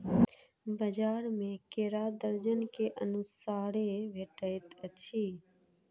बजार में केरा दर्जन के अनुसारे भेटइत अछि